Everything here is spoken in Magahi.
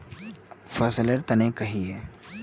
फसल लेर तने कहिए?